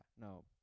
no